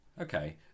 Okay